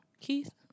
Keith